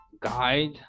guide